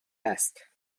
است